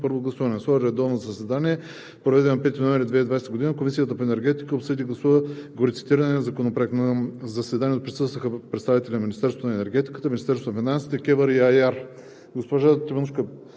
първо гласуване. На свое редовно заседание, проведено на 5 ноември 2020 г., Комисията по енергетика обсъди и гласува горецитирания законопроект. На заседанието присъстваха представители на Министерството на енергетиката, Министерството на финансите, Комисията